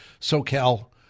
socal